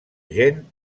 gen